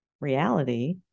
reality